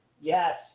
Yes